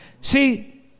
See